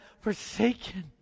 forsaken